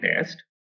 test